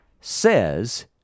says